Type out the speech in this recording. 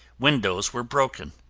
windows were broken.